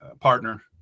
partner